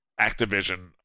Activision